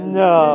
no